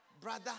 brother